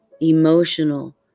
emotional